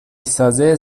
سازی